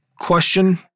question